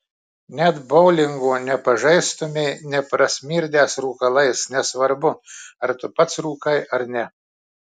net boulingo nepažaistumei neprasmirdęs rūkalais nesvarbu ar tu pats rūkai ar ne